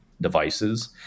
devices